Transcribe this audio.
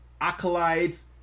acolytes